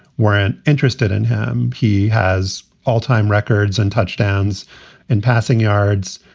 weren't interested in him. he has all time records and touchdowns in passing yards.